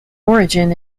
origin